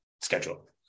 schedule